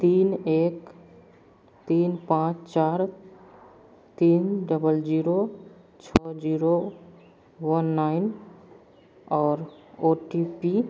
तीन एक तीन पाँच चार तीन डबल जीरो छः जीरो वन नाइन और ओ टी पी